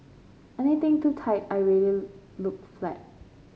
anything too tight I really look flat